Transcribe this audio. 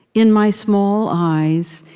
in my small eyes,